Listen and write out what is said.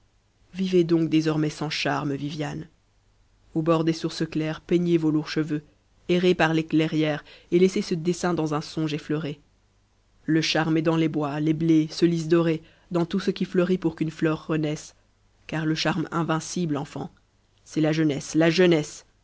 vivez donc désormais sans charme viviane au bord des sources claires peignez vos lourds cheveux errez par les clairières et laissez ce dessein dans un songe efheuré le charme est dans les bois les blés ce lys doré dans tout ce qui ûeurit pour qu'une fleur renaisse car le charme invincible enfant c'est la jeunesse la jeunesse